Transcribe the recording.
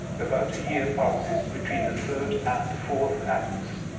about a year passes between the third and fourth acts.